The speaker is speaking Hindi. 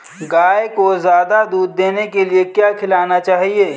गाय को ज्यादा दूध देने के लिए क्या खिलाना चाहिए?